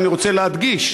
אני רוצה להדגיש,